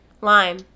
Lime